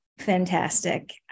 fantastic